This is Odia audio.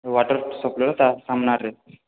ୱାଟର୍ ସପ୍ଲାଇର ତା ସାମ୍ନାରେ